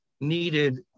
needed